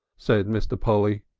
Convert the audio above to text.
said mr. polly.